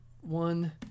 one